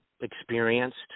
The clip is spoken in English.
experienced